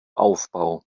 aufbau